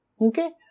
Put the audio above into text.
Okay